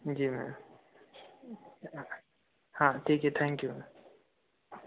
जी ma'am हाँ ठीक है थैंक्यू मैम